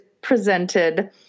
presented